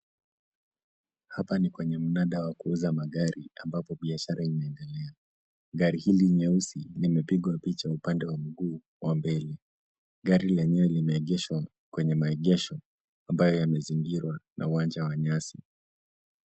Hapa ni kwenye mnada wa kuuza magari ambapo biashara inaendelea. Gari hili nyeusi limepigwa picha upande wa mguu wa mbele. Gari lenyewe limeegeshwa kwenye maegesho ambayo yamezingirwa na uwanja wa nyasi.